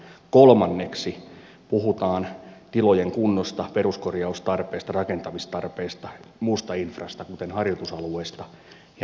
kolmanneksi puhutaan tilojen kunnosta peruskorjaustarpeesta rakentamistarpeesta muusta infrasta kuten harjoitusalueista ja niin edelleen